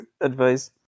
advice